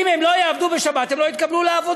אם הם לא יעבדו בשבת, הם לא יתקבלו לעבודה.